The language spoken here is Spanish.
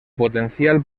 potencial